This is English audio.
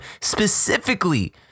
specifically